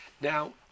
Now